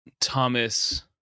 Thomas